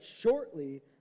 shortly